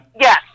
Yes